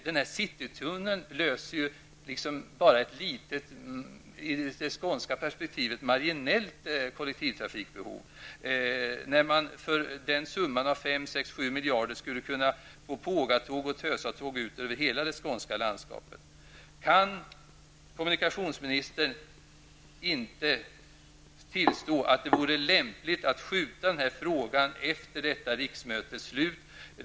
Den här citytunneln löser ju bara ett litet marginellt kollektivtrafikbehov i det skånska perspektivet. Man skulle, för summan av 5 -- 7 miljarder kronor kunna få ''Pågatåg'' och Kan inte kommunikationsministern tillstå att det vore lämpligt att skjuta upp den här frågan till efter riksmötets slut?